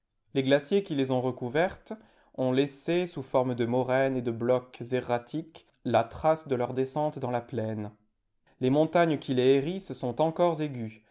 les glaciers qui les ont recouvertes ont laissé sous forme de moraines et de blocs erratiques la trace de leur descente dans la plaine les montagnes qui les hérissent sont encore aiguës